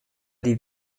die